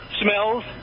smells